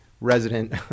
resident